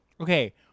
Okay